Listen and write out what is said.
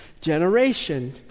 Generation